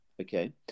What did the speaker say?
okay